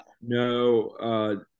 No